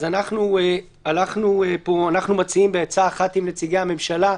אז אנחנו מציעים בעצה אחת עם נציגי הממשלה,